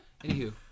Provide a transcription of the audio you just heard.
Anywho